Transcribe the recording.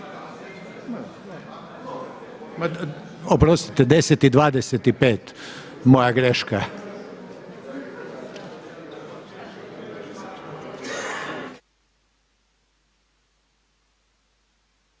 oprostite 10,25. Moja greška.